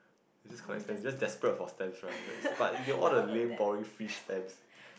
you just collect stamps you just desperate for stamps right but all the lame boring fish stamps